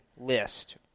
list